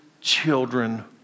children